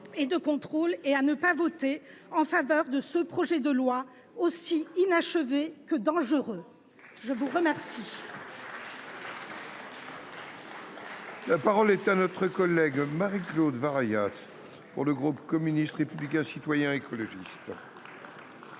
et de contrôle et à ne pas voter en faveur de ce projet de loi aussi inachevé que dangereux. La parole